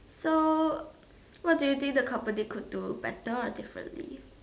so what do you think the company could do better or differently